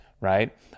right